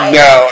no